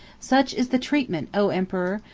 such is the treatment, o emperor!